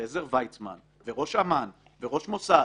עזר ויצמן, וראש אמ"ן וראש המוסד,